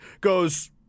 goes